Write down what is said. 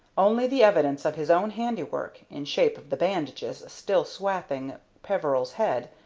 only the evidence of his own handiwork, in shape of the bandages still swathing peveril's head,